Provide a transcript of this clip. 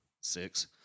six